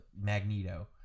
Magneto